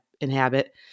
inhabit